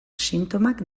sintomak